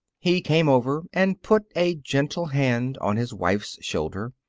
he came over and put a gentle hand on his wife's shoulder,